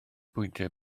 pwyntiau